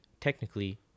technically